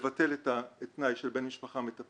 לבטל את התנאי של בן משפחה מטפל,